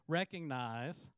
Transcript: recognize